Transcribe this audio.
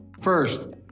First